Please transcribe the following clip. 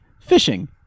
fishing